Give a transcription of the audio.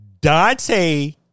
Dante